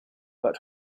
but